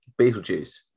Beetlejuice